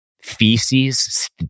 feces